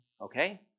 okay